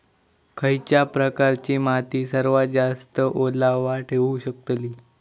खयच्या प्रकारची माती सर्वात जास्त ओलावा ठेवू शकतली?